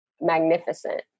magnificent